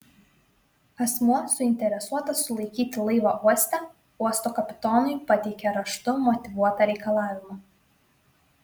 asmuo suinteresuotas sulaikyti laivą uoste uosto kapitonui pateikia raštu motyvuotą reikalavimą